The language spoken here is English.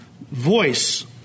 voice